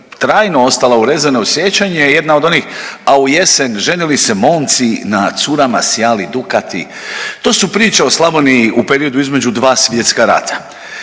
trajno ostala urezana u sjećanje, je jedna od onih „a u jesen ženili se momci, na curama sjali dukati“. To su priče o Slavoniji u periodu između dva svjetska rata.